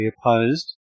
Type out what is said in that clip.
opposed